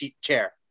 chair